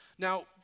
Now